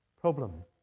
problem